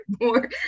more